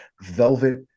velvet